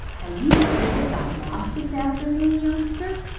are you the kid that got lost this afternoon, youngster?